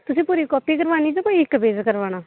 तुसें पूरी कॉपी करवानी जां इक्क पेज़ करवाना